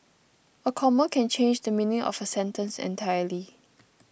a comma can change the meaning of a sentence entirely